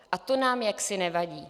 A to nám jaksi nevadí.